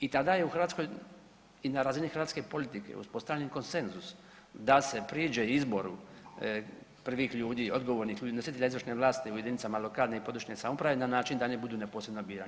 I tada je u Hrvatskoj i na razini hrvatske politike uspostavljen konsenzus da se priđe izboru prvih ljudi, odgovornih ljudi, nositelja izvršne vlasti u jedinicama lokalne i područne samouprave na način da … neposredno birani.